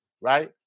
right